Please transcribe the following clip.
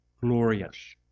glorious